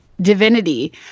Divinity